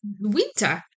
winter